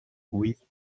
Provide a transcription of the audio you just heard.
oui